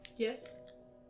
Yes